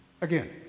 Again